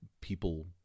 people